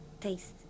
taste